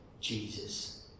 Jesus